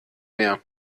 mehr